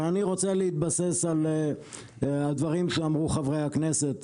אבל אני רוצה להתבסס על הדברים שאמרו חברי הכנסת,